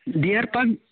deer clerk